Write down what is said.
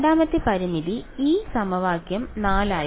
രണ്ടാമത്തെ പരിമിതി ഈ സമവാക്യം 4 ലായിരുന്നു